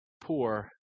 poor